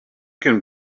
can